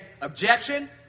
objection